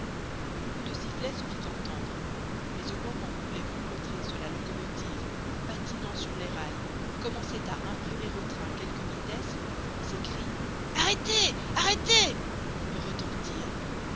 le coup de sifflet se fit entendre mais au moment où les roues motrices de la locomotive patinant sur les rails commençaient à imprimer au train quelque vitesse ces cris arrêtez arrêtez retentirent